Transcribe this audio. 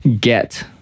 get